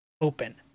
open